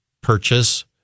purchase